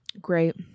Great